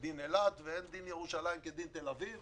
ואין דין ירושלים כדין תל אביב,